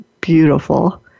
beautiful